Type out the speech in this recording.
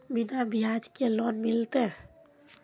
बिना ब्याज के लोन मिलते?